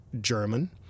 German